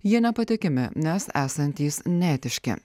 jie nepatikimi nes esantys neetiški